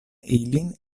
ilin